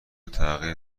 تغییر